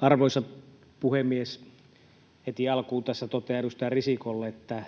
Arvoisa puhemies! Heti alkuun tässä totean edustaja Risikolle, että